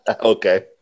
Okay